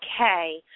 okay